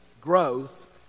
growth